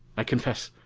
i confess,